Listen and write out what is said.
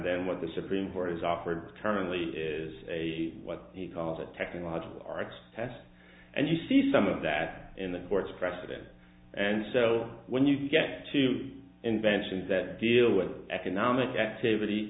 then what the supreme court has offered currently is what he calls a technological test and you see some of that in the court's precedents and so when you get to the inventions that deal with economic activity